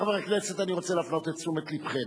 רבותי חברי הכנסת, אני רוצה להפנות את תשומת לבכם: